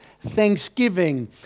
thanksgiving